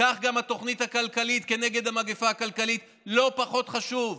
כך גם התוכנית הכלכלית כנגד המגפה הכלכלית לא פחות חשובה.